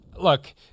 look